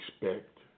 expect